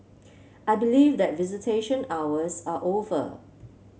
I believe that visitation hours are over